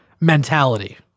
mentality